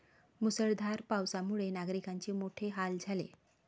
मुसळधार पावसामुळे नागरिकांचे मोठे हाल झाले